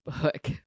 book